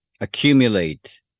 accumulate